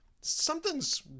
Something's